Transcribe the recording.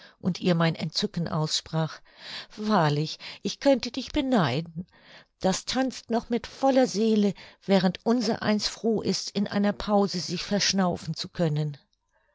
und ihr mein entzücken aussprach wahrlich ich könnte dich beneiden das tanzt noch mit voller seele während unsereins froh ist in einer pause sich verschnaufen zu können